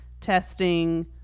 testing